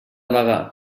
bagà